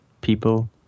people